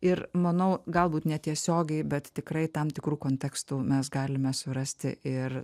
ir manau galbūt netiesiogiai bet tikrai tam tikrų kontekstų mes galime surasti ir